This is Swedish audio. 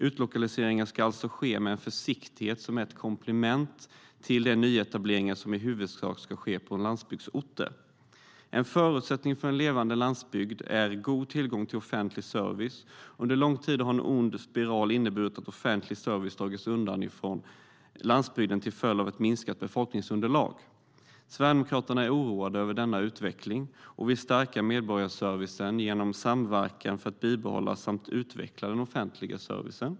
Utlokaliseringar ska alltså ske med försiktighet, som ett komplement till de nyetableringar som i huvudsak ska ske på landsbygdsorter. En förutsättning för en levande landsbygd är god tillgång till offentlig service. Under lång tid har en ond spiral inneburit att offentlig service dragits undan från landsbygden till följd av ett minskat befolkningsunderlag. Sverigedemokraterna är oroade över denna utveckling och vill stärka medborgarservicen genom samverkan, för att bibehålla samt utveckla den offentliga servicen.